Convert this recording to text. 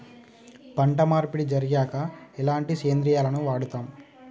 పంట మార్పిడి జరిగాక ఎలాంటి సేంద్రియాలను వాడుతం?